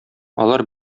алар